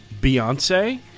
Beyonce